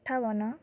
ଅଠାବନ